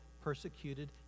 persecuted